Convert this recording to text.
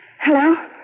Hello